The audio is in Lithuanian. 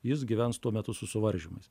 jis gyvens tuo metu su suvaržymais